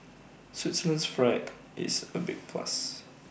Switzerland's flag is A big plus